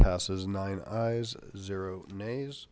passes nine eyes zero nays